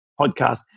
podcast